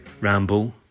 ramble